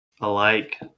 alike